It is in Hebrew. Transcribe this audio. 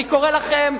אני קורא לכם,